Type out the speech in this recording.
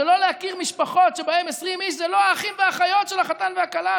זה לא להכיר משפחות שבהם 20 איש זה לא האחים והאחיות של החתן והכלה,